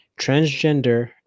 transgender